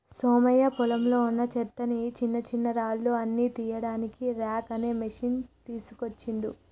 సోమయ్య పొలంలో వున్నా చెత్తని చిన్నచిన్నరాళ్లు అన్ని తీయడానికి రాక్ అనే మెషిన్ తీస్కోచిండు